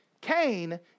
Cain